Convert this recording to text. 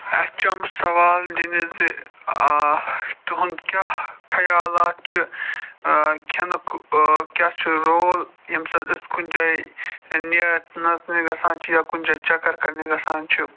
اَسہِ چھُ آمُت سوال دِنہٕ زِ تُہٕنٛد کیٛاہ خیالات چھِ کھیٚنُک کیٛاہ چھُ رول ییٚمہِ ساتہٕ أسۍ کُنہِ جایہِ نےٚ نَژنہِ گژھان چھِ یا کُنہِ جایہِ چَکَر کَرنہِ گژھان چھِ